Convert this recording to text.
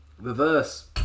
Reverse